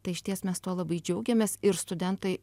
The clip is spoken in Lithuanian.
tai išties mes tuo labai džiaugiamės ir studentai